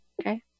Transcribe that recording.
Okay